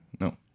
No